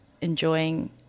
enjoying